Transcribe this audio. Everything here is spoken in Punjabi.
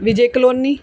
ਵਿਜੇ ਕਲੋਨੀ